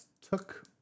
took